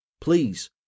Please